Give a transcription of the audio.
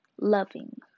loving